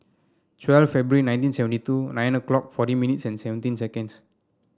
twelve February nineteen seventy two nine o'clock forty minutes and seventeen seconds